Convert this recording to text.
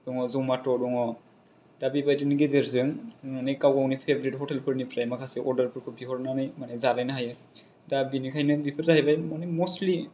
दं जमाथ' दङ दा बेबायदिनि गेजेरजों गाव गावनि पेभेरेथ हटेलफोरनिफ्राय माखासे अरदार फोरखौ बिहरनानै माने जालायनो हायो दा बिनिखायनो बिफोर जाहैबाय माने मस्टलि